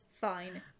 fine